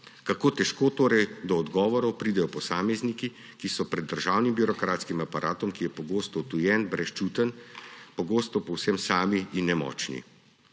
Kako težko torej do odgovorov pridejo posamezniki, ki so pred državnim birokratskim aparatom, ki je pogosto odtujen, brezčuten, pogosto povsem sami in nemočni?